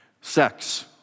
Sex